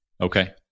Okay